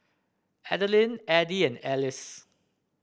Adilene Edie and Alys